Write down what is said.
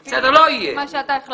בסדר, לא יהיה.